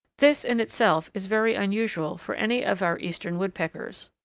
this, in itself, is very unusual for any of our eastern woodpeckers.